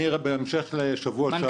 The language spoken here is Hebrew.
בהמשך לדבריי בשבוע שעבר,